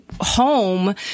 home